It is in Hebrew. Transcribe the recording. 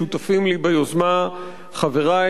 שותפים לי ביוזמה חברי